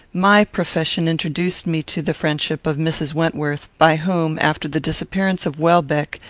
my profession introduced me to the friendship of mrs. wentworth, by whom, after the disappearance of welbeck,